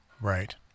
Right